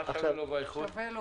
מה שווה לא באיכות?